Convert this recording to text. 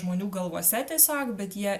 žmonių galvose tiesiog bet jie